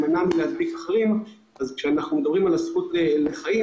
שזה בעצם הזכות לחיים